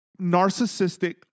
narcissistic